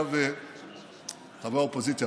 חברי האופוזיציה,